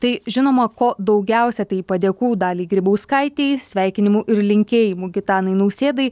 tai žinoma ko daugiausia tai padėkų daliai grybauskaitei sveikinimų ir linkėjimų gitanai nausėdai